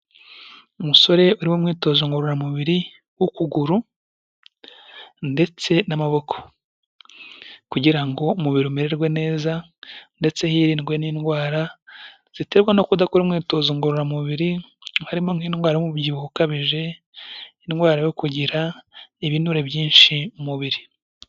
Umusore uri mu mwitozo ngororamubiri w'ukuguru ndetse n'amaboko, kugira ngo umubiri umererwe neza ndetse hirindwe n'indwara ziterwa no kudakora umwitozo ngororamubiri, harimo nk'indwara y'umubyibuho ukabije, indwara yo kugira ibinure byinshi mu mubiri.